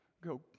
go